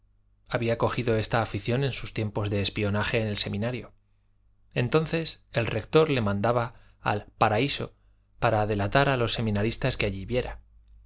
había cogido esta afición en sus tiempos de espionaje en el seminario entonces el rector le mandaba al paraíso para delatar a los seminaristas que allí viera